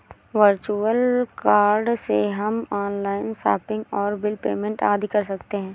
virtual card से हम online shopping और बिल पेमेंट आदि कर सकते है